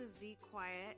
Z-Quiet